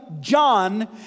John